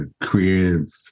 creative